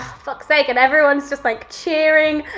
fuck sake, and everyone's just like cheering.